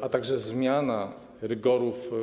a także zmiana rygorów